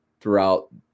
throughout